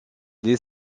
les